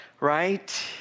right